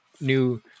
new